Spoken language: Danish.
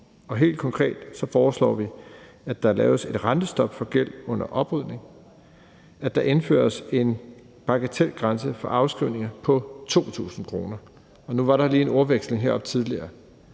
Helt konkret foreslår vi, at der laves et rentestop for gæld under oprydning, og at der indføres en bagatelgrænse for afskrivninger på 2.000 kr. Nu var der lige en ordveksling heroppe tidligere,